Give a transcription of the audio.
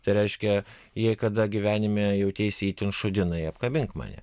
tai reiškia jei kada gyvenime jauteisi itin šūdinai apkabink mane